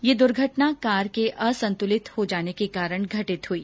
ये दुर्घटना कार के असन्तुलित हो जाने के कारण घटित हुई